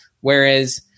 whereas